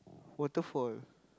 waterfall